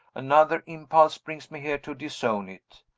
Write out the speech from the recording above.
another impulse brings me here to disown it.